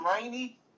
rainy